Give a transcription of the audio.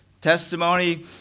testimony